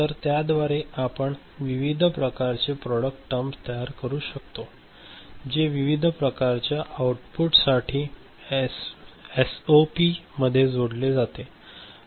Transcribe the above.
तर त्याद्वारे आपण विविध प्रकारचे प्रॉडक्ट टर्म तयार करू शकतो जे विविध प्रकारच्या आउटपुट साठी एसओपीमध्ये जोडले जाते